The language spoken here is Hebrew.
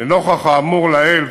נוכח האמור לעיל,